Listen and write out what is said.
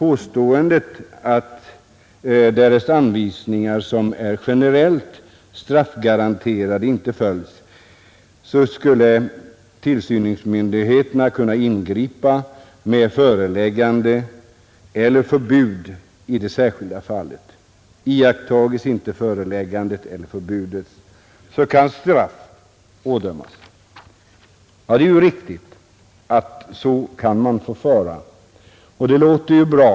Därest anvisningar som är generellt straffgaranterade inte följs kan tillsynsmyndigheterna ingripa med föreläggande eller förbud i det särskilda fallet, och iakttages inte föreläggandet eller förbudet kan straff ådömas, säger socialministern. Det är riktigt. Så kan man förfara, och det låter ju bra.